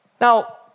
Now